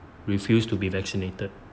refused to be vaccinated